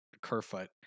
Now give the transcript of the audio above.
Kerfoot